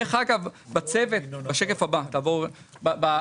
בגלל שהרב גפני אמר לי שהבנת אותי ולא לדבר,